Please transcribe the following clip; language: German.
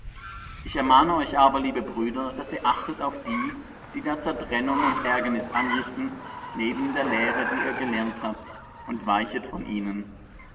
ich ermahne euch aber liebe brüder daß ihr achtet auf die die da zertrennung und ärgernis anrichten neben der lehre die ihr gelernt habt und weichet von ihnen